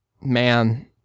man